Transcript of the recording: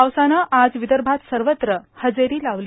पावसानं आज विदर्भात सर्वत्र आज हजेरी लावली